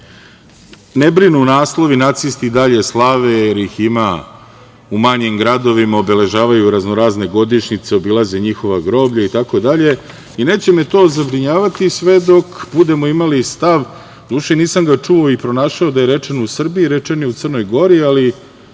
me mnogo naslovi, nacisti i dalje slave jer ih ima u manjim gradovima, obeležavaju razno razne godišnjice, obilaze njihova groblja itd. i neće me to zabrinjavati sve dok budemo imali stav, do duše nisam ga čuo i pronašao da je rečen u Srbiji, rečen je u Crno Gori,